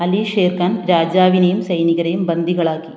അലി ഷേർഖാൻ രാജാവിനെയും സൈനികരെയും ബന്ദികളാക്കി